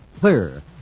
Clear